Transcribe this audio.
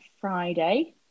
friday